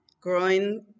growing